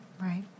Right